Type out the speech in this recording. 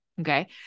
okay